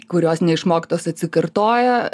kurios neišmoktos atsikartoja